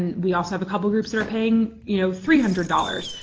and we also have a couple groups that are paying, you know three hundred dollars,